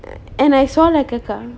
and I saw like a car